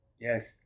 Yes